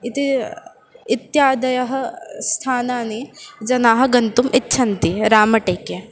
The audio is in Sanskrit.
इति इत्यादयः स्थानानि जनाः गन्तुम् इच्छन्ति रामटेके